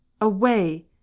Away